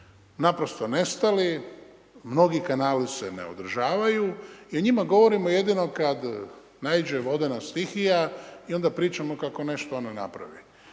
naprosto nestali, mnogi kanali se ne održavaju i o njima govorimo jedino kada naiđe vodena stihija i onda pričamo, kako nešto ono napravi.